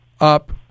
up